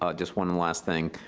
ah just one last thing.